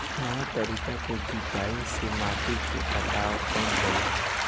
नया तरीका के जुताई से माटी के कटाव कम होला